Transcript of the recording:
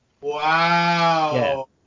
Wow